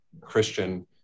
Christian